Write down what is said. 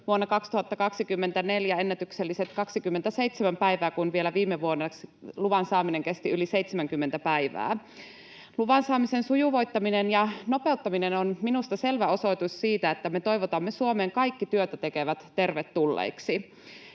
vuonna 2024 ennätykselliset 27 päivää, kun vielä viime vuonna luvan saaminen kesti yli 70 päivää. Luvan saamisen sujuvoittaminen ja nopeuttaminen on minusta selvä osoitus siitä, että me toivotamme Suomeen kaikki työtä tekevät tervetulleiksi.